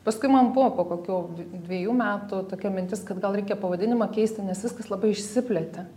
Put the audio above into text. paskui man buvo po kokių dviejų metų tokia mintis kad gal reikia pavadinimą keisti nes viskas labai išsiplėtė